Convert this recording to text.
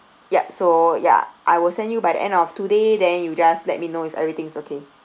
yup so ya I will send you by end of today then you just let me know if everything's okay